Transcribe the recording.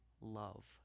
love